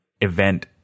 event